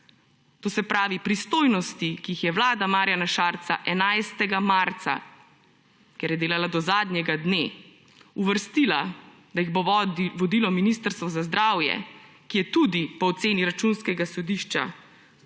To se pravi, pristojnosti, ki jih je vlada Marjana Šarca 11. marca, ker je delala do zadnjega dne, uvrstila, da jih bo vodilo Ministrstvo za zdravje, ki je tudi po oceni Računskega sodišča